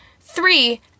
three